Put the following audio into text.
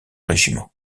régiment